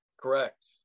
Correct